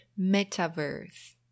metaverse